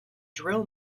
drill